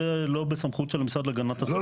זה לא בסמכות של המשרד להגנת הסביבה,